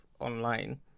online